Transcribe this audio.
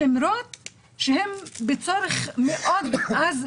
שבזה אנחנו אלופים במדינת ישראל.